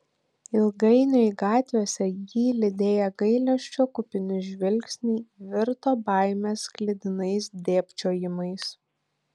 ilgainiui gatvėse jį lydėję gailesčio kupini žvilgsniai virto baimės sklidinais dėbčiojimais